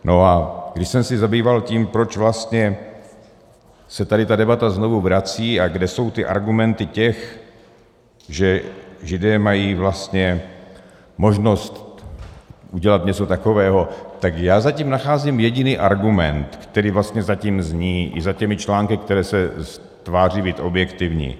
A když jsem se zabýval tím, proč vlastně se tady ta debata znovu vrací a kde jsou ty argumenty těch, že Židé mají vlastně možnost udělat něco takového, tak já za tím nacházím jediný argument, který vlastně zatím zní i za těmi články, které se tváří být objektivní.